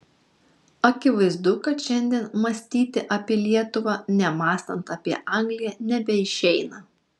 akivaizdu kad šiandien mąstyti apie lietuvą nemąstant apie angliją nebeišeina